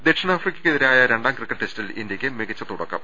ദക്ഷിണാഫ്രിക്കക്കെതിരായ രണ്ടാം ക്രിക്കറ്റ് ടെസ്റ്റിൽ ഇന്ത്യയ്ക്ക് മികച്ച തുടക്കം